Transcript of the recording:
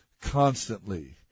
constantly